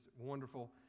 wonderful